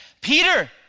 Peter